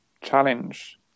challenge